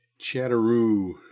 Chatteroo